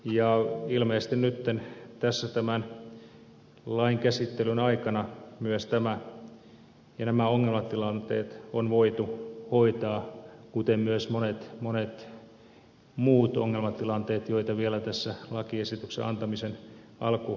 ilmeisesti nyt tässä tämän lain käsittelyn aikana myös nämä ongelmatilanteet on voitu hoitaa kuten myös monet monet muut ongelmatilanteet joita vielä tässä lakiesityksen antamisen alkuaikoina oli